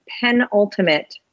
penultimate